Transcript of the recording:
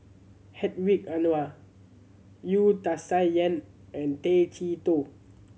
Hedwig Anuar Wu Tsai Yen and Tay Chee Toh